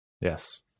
Yes